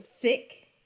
thick